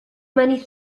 many